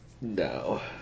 No